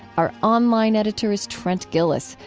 our online editor is trent gilliss,